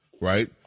right